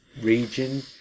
region